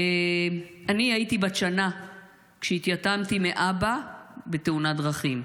אני הייתי בת שנה כשהתייתמתי מאבא בתאונת דרכים.